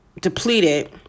depleted